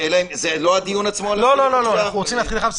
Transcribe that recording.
או במילים אחרות הריבון הוא מי שקובע את מצב